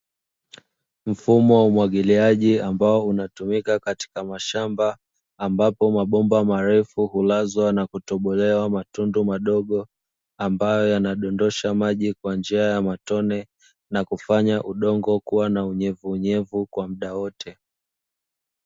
Mfumo wa umwagiliaji ambao unatumika katika mashamba, ambapo mabomba marefu hulazwa na kutobolewa matundu madogo ambayo yanadondosha maji kwa njia ya matone, na kufanya udongo kuwa na unyevuunyevu kwa muda wote.